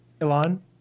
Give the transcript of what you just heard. Elon